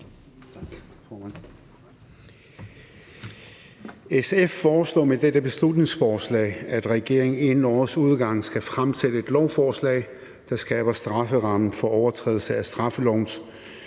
SF foreslår med dette beslutningsforslag, at regeringen inden årets udgang skal fremsætte et lovforslag, der skærper strafferammen for overtrædelse af straffelovens